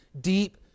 deep